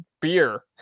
beer